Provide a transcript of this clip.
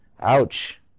Ouch